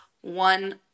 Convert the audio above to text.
one